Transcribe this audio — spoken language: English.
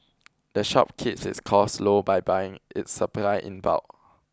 the shop keeps its costs low by buying its supplies in bulk